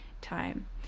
time